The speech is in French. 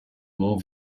mon